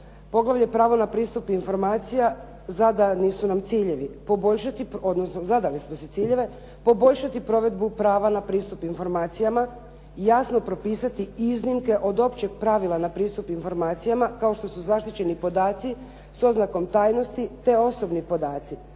poglavlje Pravo na pristup informacija zadani su nam ciljevi, odnosno zadali smo si ciljevi, poboljšati provedbu prava na pristup informacijama, jasno propisati iznimke od općeg pravila na pristup informacijama kao što su zaštićeni podaci s oznakom tajnosti, te osobni podaci.